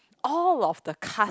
all of the cast